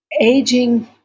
Aging